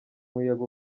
muyaga